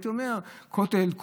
הייתי אומר: הכותל,